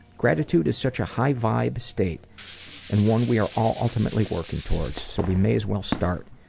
gratitude is such a high-vibe state and one we're all ultimately working towards, so we may as well start,